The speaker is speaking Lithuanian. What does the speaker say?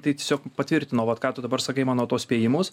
tai tiesiog patvirtino vat ką tu dabar sakai mano tuos spėjimus